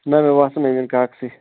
نہ مےٚ باسان أمیٖن کاکسٕے